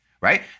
right